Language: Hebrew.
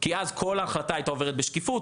כי כל ההחלטה הייתה עוברת בשקיפות,